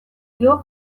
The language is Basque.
dio